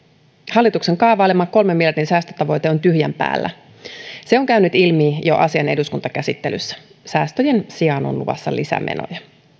hallituksen kaavailema kolmen miljardin säästötavoite on tyhjän päällä se on käynyt ilmi jo asian eduskuntakäsittelyssä säästöjen sijaan on luvassa lisämenoja